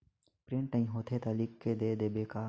Print नइ होथे ता लिख के दे देबे का?